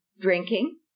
drinking